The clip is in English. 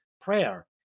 prayer